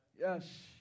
Yes